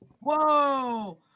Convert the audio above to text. Whoa